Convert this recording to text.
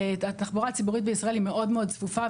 התחבורה הציבורית בישראל היא מאוד מאוד צפופה,